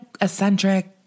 eccentric